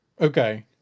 Okay